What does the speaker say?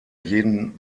jeden